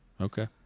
Okay